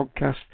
podcast